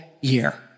year